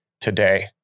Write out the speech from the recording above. today